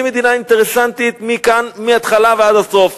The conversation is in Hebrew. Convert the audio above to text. היא מדינה אינטרסנטית מהתחלה ועד הסוף,